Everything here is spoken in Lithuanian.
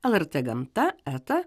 lrt gamta eta